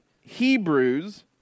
Hebrews